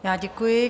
Já děkuji.